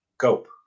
cope